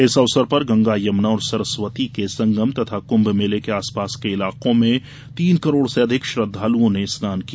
इस अवसर पर गंगा यमुना और सरस्वती के संगम तथा कुम्म मेले के आसपास के इलाकों में तीन करोड़ से अधिक श्रद्वालुओं ने स्नान किया